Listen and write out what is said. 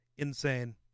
Insane